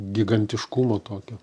gigantiškumo tokio